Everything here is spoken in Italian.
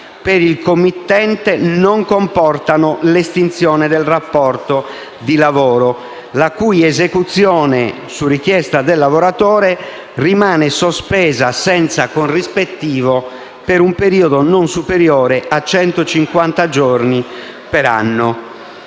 per il committente non comportano l'estinzione del rapporto di lavoro, la cui esecuzione, su richiesta del lavoratore, rimane sospesa, senza diritto al corrispettivo, per un periodo non superiore a centocinquanta giorni per anno